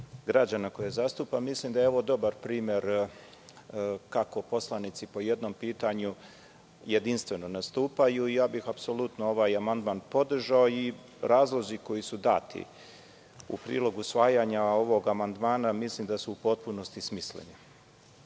građana koje zastupam, mislim da je ovo dobar primer kako poslanici po jednom pitanju jedinstveno nastupaju i ja bih apsolutno ovaj amandman podržao. Razlozi koji su dati u prilog usvajanja ovog amandmana mislim da su u potpunosti smisleni. Drugo,